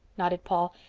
nodded paul.